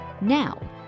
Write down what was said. Now